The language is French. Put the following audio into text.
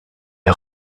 est